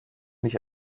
nicht